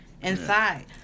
inside